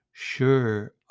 Sure